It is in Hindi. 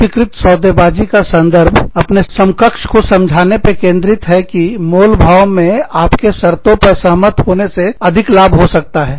एकीकृत सौदेबाजी सौदाकारी का संदर्भ अपने समकक्ष को समझाने पर केंद्रित है कि मोलभाव में आपके शर्तों पर सहमत होने से लाभ अधिक हो सकता है